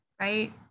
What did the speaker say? right